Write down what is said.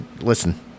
listen